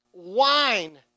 wine